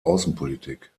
außenpolitik